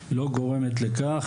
לא גורמת לכך